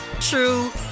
true